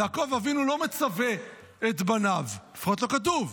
יעקב אבינו לא מצווה את בניו, לפחות לא כתוב.